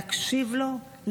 להקשיב לו,